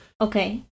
Okay